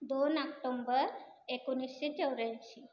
दोन आक्टोंबर एकोणीसशे चौऱ्याऐंशी